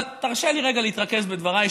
אבל תרשה לי רגע להתרכז בדבריי,